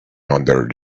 under